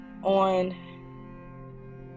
On